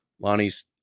Lonnie's